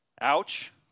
Ouch